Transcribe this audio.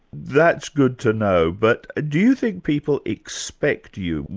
that's good to know, but do you think people expect you,